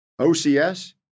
OCS